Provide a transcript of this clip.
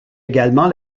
également